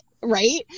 right